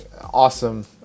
awesome